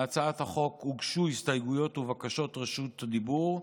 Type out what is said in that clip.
להצעת החוק הוגשו הסתייגויות ובקשות רשות דיבור.